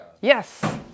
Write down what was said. Yes